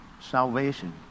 salvation